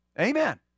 Amen